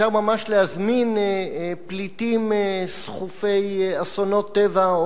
אפשר ממש להזמין פליטים סחופי אסונות טבע,